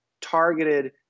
targeted